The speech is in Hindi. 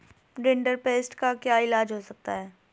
रिंडरपेस्ट का क्या इलाज हो सकता है